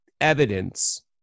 evidence